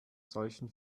solchen